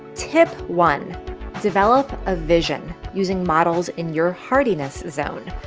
tip one develop a vision using models in your hardiness zone.